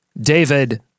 David